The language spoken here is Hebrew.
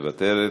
מוותרת,